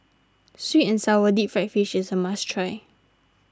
Sweet and Sour Deep Fried Fish is a must try